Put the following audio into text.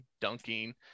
dunking